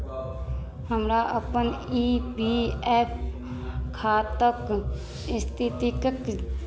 हमर अपन E P F खाताक स्थितिक